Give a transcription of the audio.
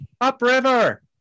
Upriver